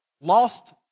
Lost